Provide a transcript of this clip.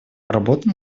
работа